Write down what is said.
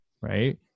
right